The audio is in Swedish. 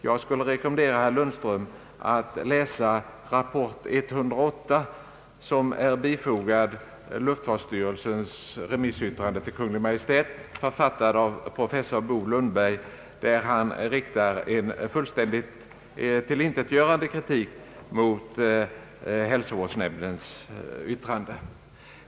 Jag skulle vilja rekommendera herr Lundström att läsa rapport 108 som är bifogad luftfartsstyrelsens remissyttrande till Kungl. Maj:t. Den är författad av generaldirektör Bo Lundberg, och han riktar där en fullständigt tillintetgörande kritik mot hälsovårdsnämndens yttrande.